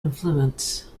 influence